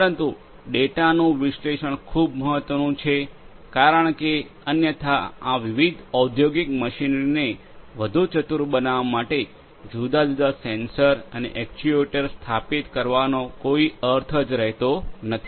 પરંતુ ડેટાનું વિશ્લેષણ ખૂબ મહત્વનું છે કારણ કે અન્યથા આ વિવિધ ઔદ્યોગિક મશીનરીને વધુ ચતુર બનાવવા માટે જુદા જુદા સેન્સર અને એકયુએટર્સ સ્થાપિત કરવાનો કોઈ અર્થ જ રહેતો નથી